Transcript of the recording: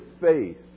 faith